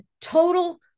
total